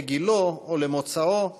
לגילו או למוצאו,